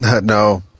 No